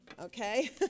Okay